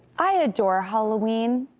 i adore halloween,